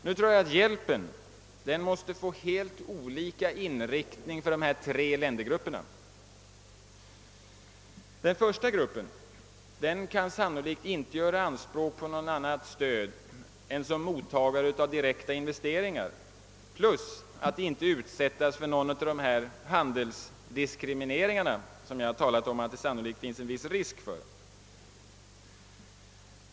Jag tror att hjälpen måste få helt olika inriktning för dessa tre ländergrupper. Den första gruppen kan sannolikt inte räkna med annat stöd än som mottagare av direkta investeringar plus den hjälp som ligger i att inte utsättas för någon handelsdiskriminering av det slag jag talat om att det finns risk för.